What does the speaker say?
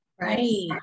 Right